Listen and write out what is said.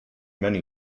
many